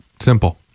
Simple